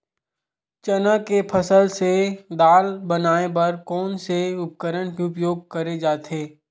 चना के फसल से दाल बनाये बर कोन से उपकरण के उपयोग करे जाथे?